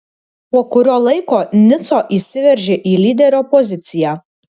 po kurio laiko nico įsiveržė į lyderio poziciją